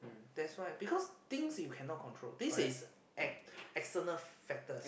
that's why because things you cannot control this is ex~ external factors